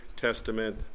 Testament